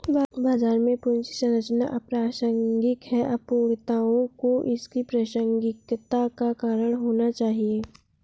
बाजार में पूंजी संरचना अप्रासंगिक है, अपूर्णताओं को इसकी प्रासंगिकता का कारण होना चाहिए